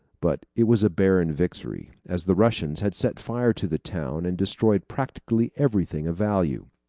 but it was a barren victory, as the russians had set fire to the town and destroyed practically everything of value.